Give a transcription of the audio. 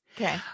Okay